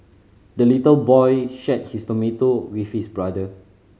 the little boy shared his tomato with his brother